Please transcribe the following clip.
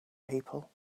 people